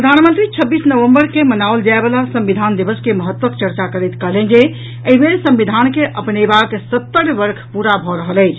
प्रधानमंत्री छब्बीस नवंबर केँ मनाओल जाय वला संविधान दिवस के महत्वक चर्चा करैत कहलनि जे एहि बेर संविधान के अपनेबाक सत्तर वर्ष पूरा भऽ रहल अछि